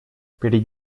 перед